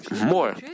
more